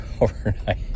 overnight